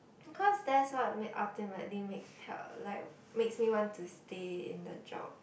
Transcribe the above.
cause that's what make ultimately makes help like makes me want to stay in the job